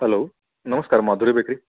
hello नमस्कार Madhuri bakery